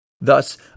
Thus